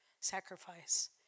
sacrifice